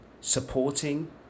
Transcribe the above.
supporting